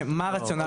שמה הרציונל מאחוריה?